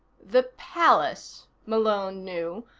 the palace, malone knew,